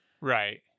right